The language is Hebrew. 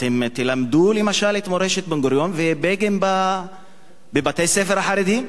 אתם תלמדו למשל את מורשת בן-גוריון ובגין בבתי-הספר החרדיים?